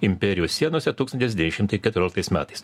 imperijos sienose tūkstantis devyni šimtai keturioliktais metais